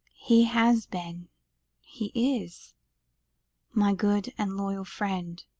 he has been he is my good and loyal friend,